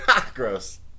Gross